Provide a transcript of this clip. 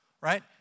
right